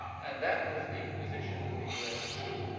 and that was the position of the us, too.